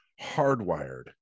hardwired